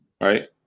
Right